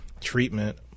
treatment